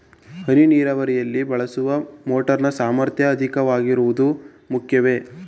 ಹನಿ ನೀರಾವರಿಯಲ್ಲಿ ಬಳಸುವ ಮೋಟಾರ್ ನ ಸಾಮರ್ಥ್ಯ ಅಧಿಕವಾಗಿರುವುದು ಮುಖ್ಯವೇ?